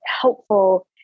helpful